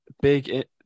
big